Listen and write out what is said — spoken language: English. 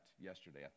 yesterday